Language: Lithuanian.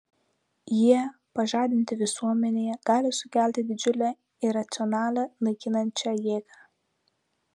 jie pažadinti visuomenėje gali sukelti didžiulę iracionalią naikinančią jėgą